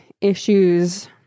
issues